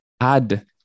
add